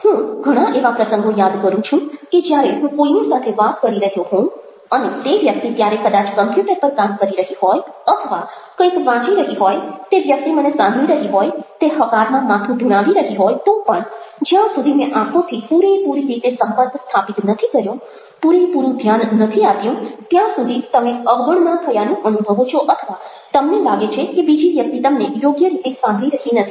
હું ઘણા એવા પ્રસંગો યાદ કરું છું કે જ્યારે હું કોઈની સાથે વાત કરી રહ્યો હોઉં અને તે વ્યક્તિ ત્યારે કદાચ કમ્પ્યૂટર પર કામ કરી રહી હોય અથવા કંઈક વાંચી રહી હોય તે વ્યક્તિ મને સાંભળી રહી હોય તે હકારમાં માથું ધુણાવી રહી હોય તો પણ જ્યાં સુધી મેં આંખોથી પૂરેપૂરી રીતે સંપર્ક સ્થાપિત નથી કર્યો પૂરેપૂરું ધ્યાન નથી આપ્યું ત્યાં સુધી તમે અવગણના થયાનું અનુભવો છો અથવા તમને લાગે છે કે બીજી વ્યક્તિ તમને યોગ્ય રીતે સાંભળી રહી નથી